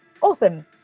awesome